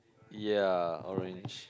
yea orange